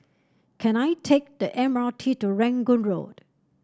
can I take the M R T to Rangoon Road